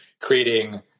creating